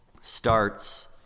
starts